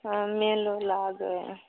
हँ मेलो लागै हइ